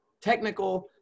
technical